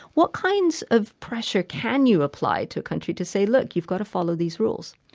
what kinds of pressure can you apply to a country to say, look, you've got to follow these rules?